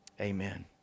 Amen